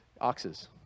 Oxes